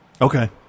Okay